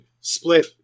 split